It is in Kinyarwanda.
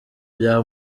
bya